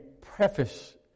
preface